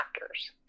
factors